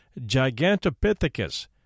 Gigantopithecus